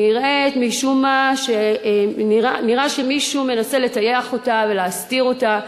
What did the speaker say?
נראה משום מה שמישהו מנסה לטייח אותה ולהסתיר אותה.